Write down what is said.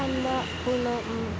ঠাণ্ডাপূৰ্ণ